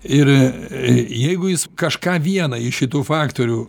ir jeigu jis kažką vieną iš šitų faktorių